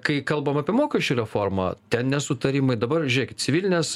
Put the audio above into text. kai kalbam apie mokesčių reformą ten nesutarimai dabar žiūrėkit civilinės